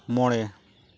ᱢᱚᱬᱮ